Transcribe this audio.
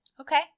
Okay